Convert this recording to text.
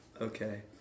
Okay